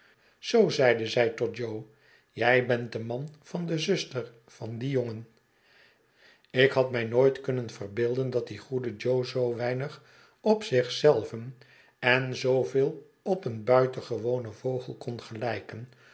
tot jo jij bent de man van de zuster van dien jongen ik had mij nooit kunnen verbeelden dat die goede jo zoo weinig op zich zelven en zooveel op een buitengewonen vogel kon gelijken